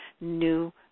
new